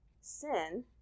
sin